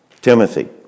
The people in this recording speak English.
Timothy